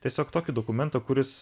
tiesiog tokį dokumentą kuris